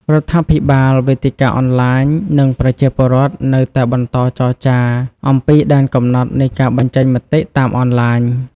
រដ្ឋាភិបាល វេទិកាអនឡាញ និងប្រជាពលរដ្ឋនៅតែបន្តចរចាអំពីដែនកំណត់នៃការបញ្ចេញមតិតាមអនឡាញ។